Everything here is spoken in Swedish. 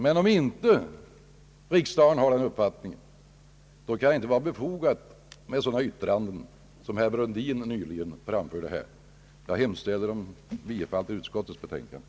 Men om riksdagen inte har den uppfattningen, kan det inte vara befogat med sådana yttranden som dem herr Brundin nyss framförde. Herr talman! Jag hemställer om bifall till utskottets förslag.